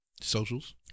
Socials